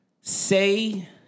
say